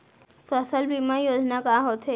फसल बीमा योजना का होथे?